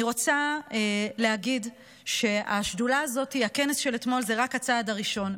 אני רוצה להגיד שהכנס של השדולה הזו אתמול היה רק הצעד הראשון.